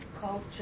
culture